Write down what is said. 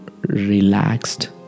relaxed